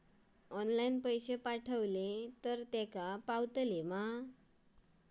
Online पैसे पाठवचे तर तेका पावतत मा?